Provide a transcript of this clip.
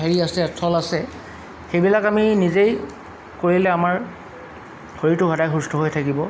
হেৰি আছে থল আছে সেইবিলাক আমি নিজেই কৰিলে আমাৰ শৰীৰটো সদায় সুস্থ হৈ থাকিব